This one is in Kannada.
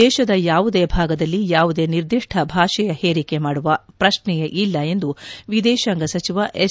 ದೇಶದ ಯಾವುದೇ ಭಾಗದಲ್ಲಿ ಯಾವುದೇ ನಿರ್ದಿಷ್ಟ ಭಾಷೆಯ ಹೇರಿಕೆ ಮಾಡುವ ಪ್ರಶ್ನೆಯೇ ಇಲ್ಲ ಎಂದು ವಿದೇಶಾಂಗ ಸಚಿವ ಎಸ್